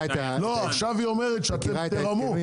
עכשיו היא אומרת שאתם תרמו,